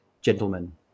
gentlemen